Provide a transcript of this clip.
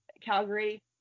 Calgary